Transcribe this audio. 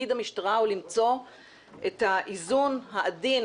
תפקיד המשטרה הוא למצוא את האיזון העדין